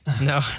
No